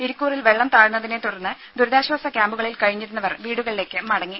ഇരിക്കൂറിൽ വെള്ളം താഴ്ന്നതിനെ തുടർന്ന് ദുരിതാശ്വാസ ക്യാമ്പുകളിൽ കഴിഞ്ഞിരുന്നവർ വീടുകളിലേക്ക് മടങ്ങി